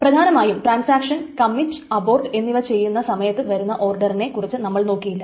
പ്രധാനമായും transaction commit abort എന്നിവ ചെയ്യുന്ന സമയത്ത് വരുന്ന ഓർഡറിനെ കുറിച്ച് നമ്മൾ നോക്കിയില്ല